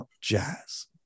Jazz